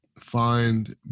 find